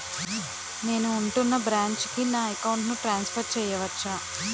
నేను ఉంటున్న బ్రాంచికి నా అకౌంట్ ను ట్రాన్సఫర్ చేయవచ్చా?